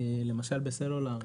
למשל בסלולר,